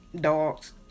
Dogs